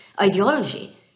ideology